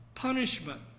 Punishment